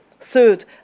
third